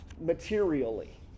materially